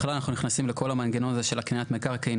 בכלל אנחנו נכנסים לכל המנגנון הזה של הקניית מקרקעין,